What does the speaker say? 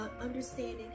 understanding